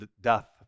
Death